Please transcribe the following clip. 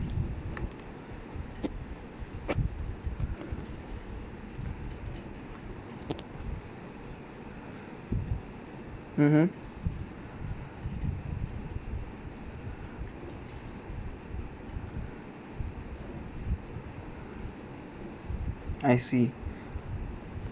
mmhmm I see